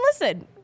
listen